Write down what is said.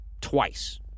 twice